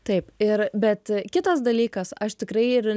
taip ir bet kitas dalykas aš tikrai ir